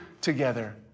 together